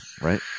right